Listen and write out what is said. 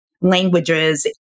languages